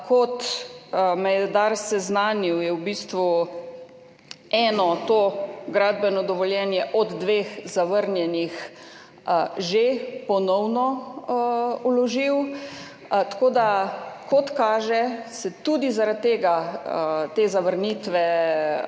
Kot me je Dars seznanil, je v bistvu eno to gradbeno dovoljenje od dveh zavrnjenih že ponovno vložil. Kot kaže, se tudi zaradi te zavrnitve